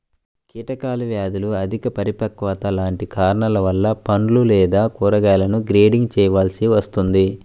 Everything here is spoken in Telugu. కీటకాలు, వ్యాధులు, అధిక పరిపక్వత లాంటి కారణాల వలన పండ్లు లేదా కూరగాయలను గ్రేడింగ్ చేయవలసి వస్తుంది